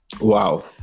wow